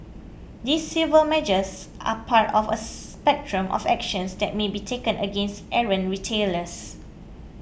these civil measures are part of a spectrum of actions that may be taken against errant retailers